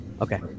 Okay